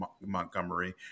Montgomery